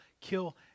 kill